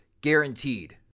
Guaranteed